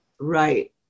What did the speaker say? Right